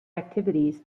activities